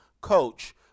coach